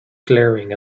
glaring